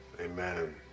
amen